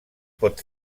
pot